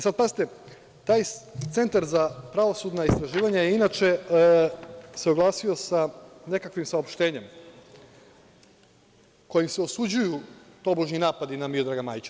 Sada pazite, taj Centar za pravosudna istraživanja se inače usaglasio sa nekakvim saopštenjem, kojim se osuđuju tobožnji napadi na Miodraga Majića.